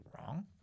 wrong